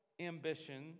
ambition